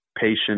patient